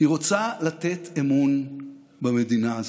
היא רוצה לתת אמון במדינה הזו.